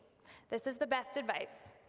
this is the best advice.